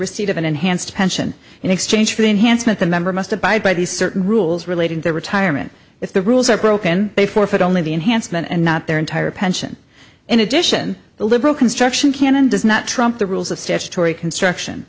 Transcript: receipt of an enhanced pension in exchange for the enhancement the member must abide by the certain rules relating to retirement if the rules are broken they forfeit only the enhancement and not their entire pension in addition the liberal construction can and does not trump the rules of statutory construction